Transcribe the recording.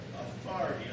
authority